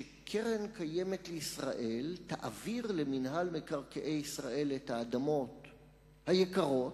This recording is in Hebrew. שקרן קיימת לישראל תעביר למינהל מקרקעי ישראל את האדמות היקרות,